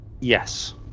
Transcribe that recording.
yes